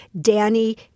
Danny